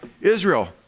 Israel